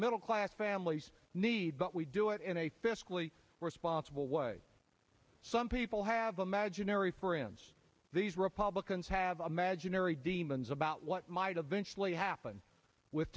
middle class families need but we do it in a fiscally responsible way some people have imaginary friends these republicans have imaginary demons about what might eventually happen with